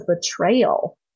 betrayal